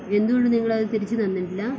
എന്ത്കൊണ്ട് നിങ്ങളത് തിരിച്ച് തന്നിട്ടില്ല